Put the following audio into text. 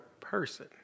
person